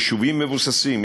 יישובים מבוססים,